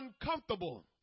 uncomfortable